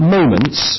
moments